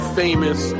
famous